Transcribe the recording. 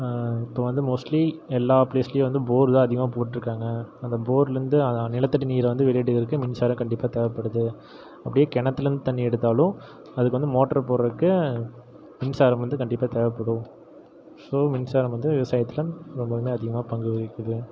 இப்போ வந்து மோஸ்ட்லி எல்லா பிளேஸ்லையும் வந்து போர் தான் அதிகமாக போட்டிருக்காங்க அந்த போர்லேருந்து நிலத்தடி நீரை வந்து வெளியிடுவதற்கு மின்சாரம் கண்டிப்பாக தேவைப்படுது அப்படியே கிணத்துலேந்து தண்ணி எடுத்தாலும் அதுக்கு வந்து மோட்ரு போடுறதுக்கு மின்சாரம் வந்து கண்டிப்பாக தேவைப்படும் ஸோ மின்சாரம் வந்து விவசாயத்தில் ரொம்பவுமே அதிகமாக பங்கு வகிக்கிது